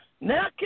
Now